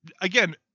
again